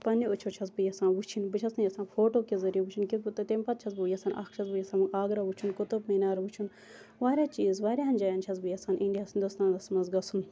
پَننٮ۪و أچھو چھَس بہٕ یَژھان وٕچھِن بہٕ چھَس نہٕ یَژھان فوٹو کہِ ذریعہ وٕچھُن کینٛہہ تہٕ تمہ پَتہٕ چھَس بہٕ یَژھان اکھ چھَس بہٕ یَژھان آگرا وٕچھُن کُتُب مِنار وٕچھُن واریاہ چیٖز واریَہَن جایَن چھَس بہٕ یَژھان اِنڈیاہَس ہِندُستانَس مَنٛز گَژھُن